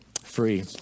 free